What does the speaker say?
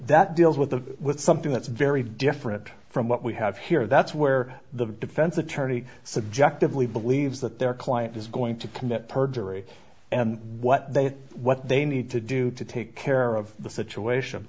that deals with the something that's very different from what we have here that's where the defense attorney subjectively believes that their client is going to commit perjury and what they what they need to do to take care of the situation